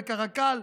בקרק"ל,